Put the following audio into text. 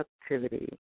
productivity